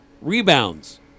Rebounds